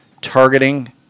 targeting